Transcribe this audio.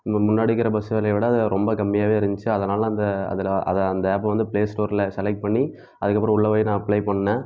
முன்னாடி இருக்கிற பஸ் விலைய விட அதில் ரொம்ப கம்மியாகவே இருந்துச்சு அதனால் அந்த அதில் அதை அந்த ஆப்பை வந்து பிளே ஸ்டோரில் செலக்ட் பண்ணி அதற்கப்பறம் உள்ளே போய் நான் அப்ளை பண்ணேன்